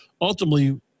Ultimately